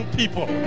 people